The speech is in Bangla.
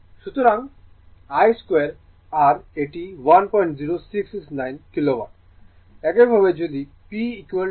সুতরাং I স্কোয়ার r এটি 10669 কিলোওয়াট আসে